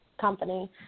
company